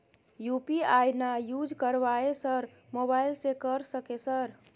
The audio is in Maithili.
यु.पी.आई ना यूज करवाएं सर मोबाइल से कर सके सर?